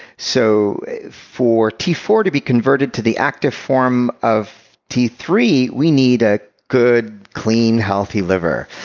so for t four to be converted to the active form of t three, we need a good, clean, healthy liver.